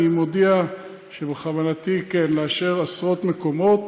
אני מודיע שבכוונתי כן לאשר עשרות מקומות